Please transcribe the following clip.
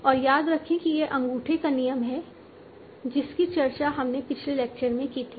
और याद रखें कि यह अंगूठे का नियम है जिसकी चर्चा हमने पिछले लेक्चर में की थी